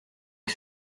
que